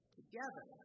together